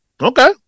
Okay